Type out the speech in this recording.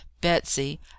betsy